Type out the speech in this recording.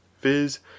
viz